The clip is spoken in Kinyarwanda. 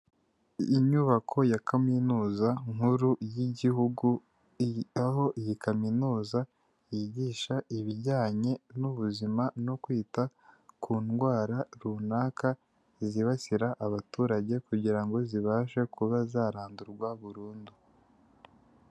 Inyubako ya kaminuza nkuru y'igihugu, aho iyi kaminuza yigisha ibijyanye n'ubuzima no kwita ku ndwara runaka zibasira abaturage kugirango zibashe kuba zarandurwa burundu.